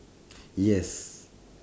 yes